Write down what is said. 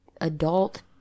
adult